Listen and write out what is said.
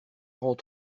rend